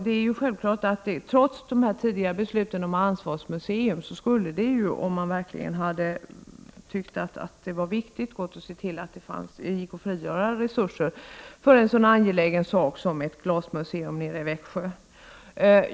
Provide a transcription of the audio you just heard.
Det är självklart att man trots tidigare beslut om ansvarsmuseum skulle ha kunnat, om man verkligen hade tyckt att det var viktigt, frigöra resurser för en så angelägen sak som ett glasmuseum i Växjö.